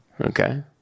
Okay